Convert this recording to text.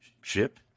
ship